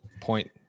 Point